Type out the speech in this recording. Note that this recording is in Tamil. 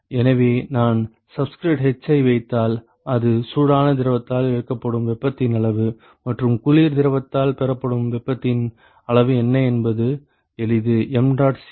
எனவே நான் சப்ஸ்கிரிப்ட் h ஐ வைத்தால் அது சூடான திரவத்தால் இழக்கப்படும் வெப்பத்தின் அளவு மற்றும் குளிர் திரவத்தால் பெறப்படும் வெப்பத்தின் அளவு என்ன என்பது எளிது